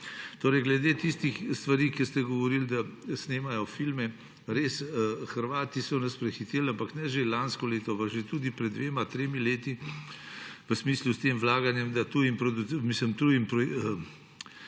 Torej glede tistih stvari, ko ste govorili, da snemajo filme. Res, Hrvati so nas prehiteli, ampak ne že lansko leto, že tudi pred dvema, tremi leti v smislu s tem vlaganjem, mislim